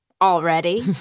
already